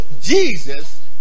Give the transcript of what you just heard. Jesus